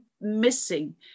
missing